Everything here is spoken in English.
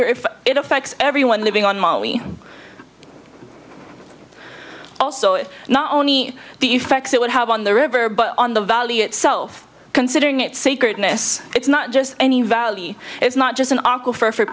iall if it affects everyone living on maui also it not only the effects it would have on the river but on the valley itself considering its sacredness it's not just any value it's not just an article for